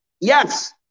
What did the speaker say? Yes